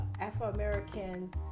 Afro-American